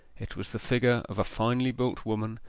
it was the figure of a finely-built woman,